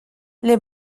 les